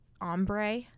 ombre